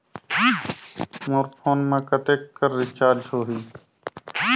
मोर phone मा कतेक कर रिचार्ज हो ही?